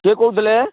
କିଏ କହୁଥିଲେ